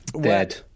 dead